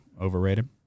overrated